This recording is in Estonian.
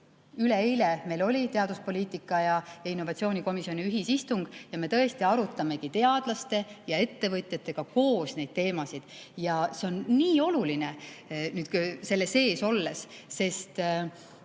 üleeile meil oli teaduspoliitika komisjoni ja innovatsioonikomisjoni ühisistung. Me tõesti arutamegi teadlaste ja ettevõtjatega koos neid teemasid ja see on nii oluline selle sees olles, sest